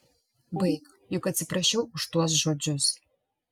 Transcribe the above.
baik juk atsiprašiau už tuos žodžius